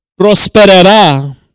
prosperará